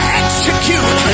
execute